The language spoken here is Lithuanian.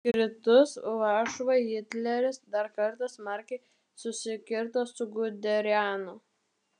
kritus varšuvai hitleris dar kartą smarkiai susikirto su guderianu